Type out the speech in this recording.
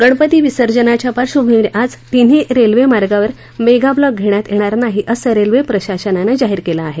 गणपती विसर्जनाच्या पार्श्वभूमीवर आज तिन्ही रेल्वेमार्गावर मेगाब्लॉक घेण्यात येणार नाही असं रेल्वे प्रशासनानं जाहीर केलं आहे